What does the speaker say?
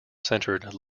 centered